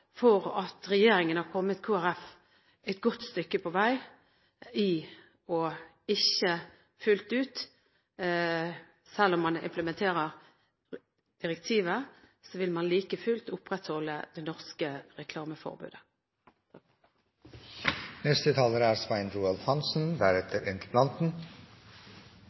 for at regjeringen har kommet Kristelig Folkeparti i møte et godt stykke på vei ved å si at selv om man implementerer direktivet, vil man like fullt opprettholde det norske reklameforbudet. Denne debatten bekrefter den brede enighet det er